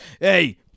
hey